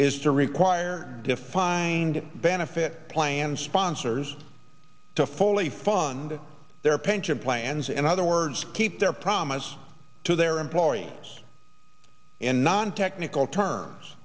is to require a defined benefit plan sponsors to fully fund their pension plans and other words keep their promise to their employees and non technical terms